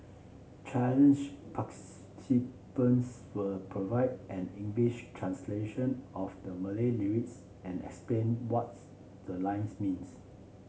challenge participants will provide an English translation of the Malay lyrics and explain what's the lines means